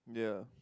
yeah